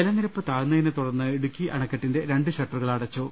ജലനിരപ്പ് താഴ്ന്നതിനെ തുടർന്ന് ഇടുക്കി അണക്കെട്ടിന്റെ രണ്ട് ഷട്ടറുകൾ അടച്ചു